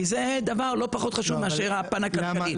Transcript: כי זהו דבר לא פחות חשוב מאשר הפן הכלכלי.